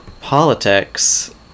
politics